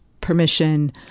permission